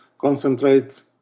concentrate